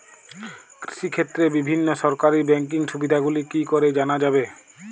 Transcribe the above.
কৃষিক্ষেত্রে বিভিন্ন সরকারি ব্যকিং সুবিধাগুলি কি করে জানা যাবে?